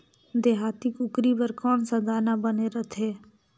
देहाती कुकरी बर कौन सा दाना बने रथे?